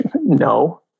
no